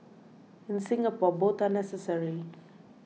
in Singapore both are necessary